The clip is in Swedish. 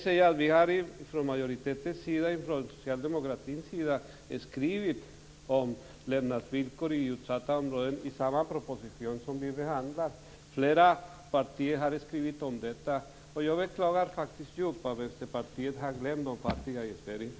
Vi från majoriteten och från socialdemokraterna har i betänkandet skrivit om utsatta områden som vi här behandlar, och flera partier hade skrivit om detta. Jag beklagar djupt att Vänsterpartiet har glömt de fattiga i Sverige.